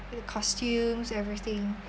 the costumes everything